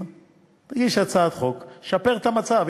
תגיש הצעת חוק, שפר את המצב.